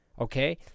okay